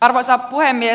arvoisa puhemies